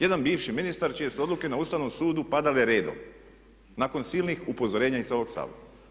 Jedan bivši ministar čije su odluke na Ustavnom sudu padale redom nakon silnih upozorenja i sa ovog Sabora.